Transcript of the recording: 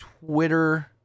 Twitter